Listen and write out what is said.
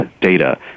data